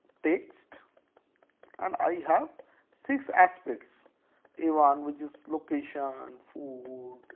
text and i have six aspects a one which is location, food,